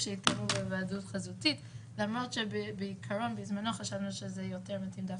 הדבר הראשון שחשבנו,